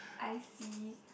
I see